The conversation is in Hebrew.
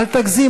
אל תגזים,